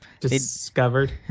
Discovered